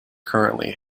currently